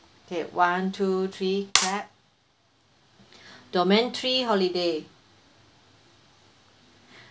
okay one two three clap domain three holiday